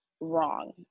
wrong